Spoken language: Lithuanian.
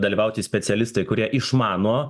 dalyvauti specialistai kurie išmano